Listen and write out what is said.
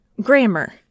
Grammar